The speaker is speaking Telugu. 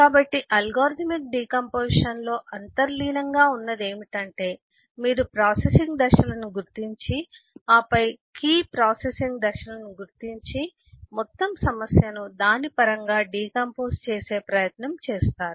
కాబట్టి అల్గోరిథమిక్ డికాంపొజిషన్లో అంతర్లీనంగా ఉన్నది ఏమిటంటే మీరు ప్రాసెసింగ్ దశలను గుర్తించి ఆపై కీ ప్రాసెసింగ్ దశలను గుర్తించి మొత్తం సమస్యను దాని పరంగా డికంపోస్ చేసే ప్రయత్నం చేస్తారు